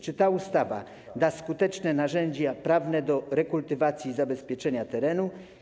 Czy ta ustawa da skuteczne narzędzia prawne do rekultywacji i zabezpieczenia terenu?